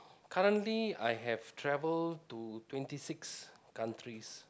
currently I have travelled to twenty six countries